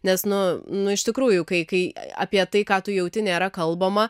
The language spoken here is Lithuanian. nes nu nu iš tikrųjų kai kai apie tai ką tu jauti nėra kalbama